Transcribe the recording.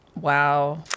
Wow